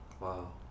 Wow